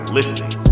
listening